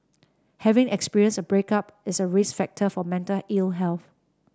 having experienced a breakup is a risk factor for mental ill health